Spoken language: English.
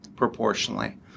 proportionally